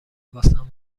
واسمون